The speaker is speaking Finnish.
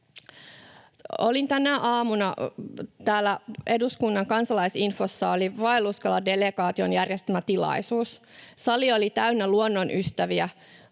Olin tänä aamuna täällä eduskunnan Kansalaisinfossa, oli vaelluskaladelegaation järjestämä tilaisuus. Sali oli täynnä luonnonystäviä,